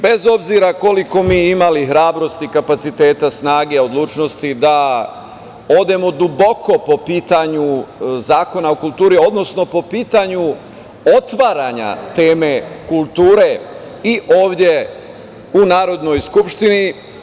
Bez obzira koliko mi imali hrabrosti, kapaciteta, snage, odlučnosti da odemo duboko po pitanju Zakona o kulturi, odnosno po pitanju otvaranja teme kulture i ovde u Narodnoj skupštini.